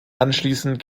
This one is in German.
anschließend